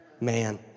man